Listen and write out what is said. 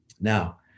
Now